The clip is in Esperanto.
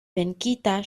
venkita